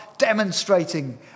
Demonstrating